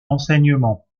enseignement